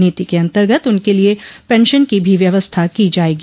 नीति के अन्तर्गत उनके लिए पेंशन की भी व्यवस्था की जायेगी